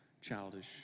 childish